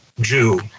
Jew